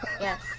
Yes